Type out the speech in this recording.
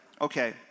Okay